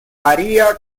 varía